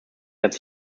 dass